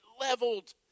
leveled